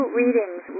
readings